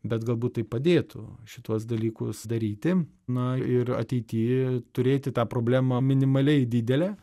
bet galbūt tai padėtų šituos dalykus daryti na ir ateity turėti tą problemą minimaliai didelę